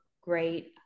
great